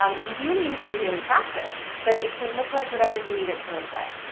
um you do need to do a daily practice but it can look like whatever you need it to look like.